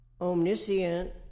omniscient